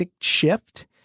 shift